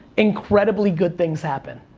incredibly good things happen.